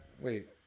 Wait